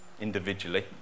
individually